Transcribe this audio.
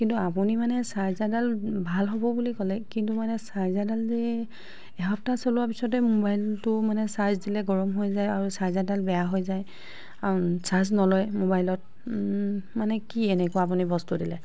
কিন্তু আপুনি মানে চাৰ্জাৰডাল ভাল হ'ব বুলি ক'লে কিন্তু মানে চাৰ্জাৰডাল যে এসপ্তাহ চলোৱাৰ পিছতে ম'বাইলটো মানে চাৰ্জ দিলে গৰম হৈ যায় আৰু চাৰ্জাৰডাল বেয়া হৈ যায় চাৰ্জ নলয় ম'বাইলত মানে কি এনেকুৱা আপুনি বস্তু দিলে